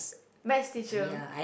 maths teacher